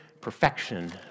perfection